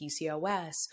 PCOS